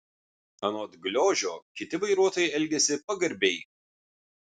anot gliožio kiti vairuotojai elgiasi pagarbiai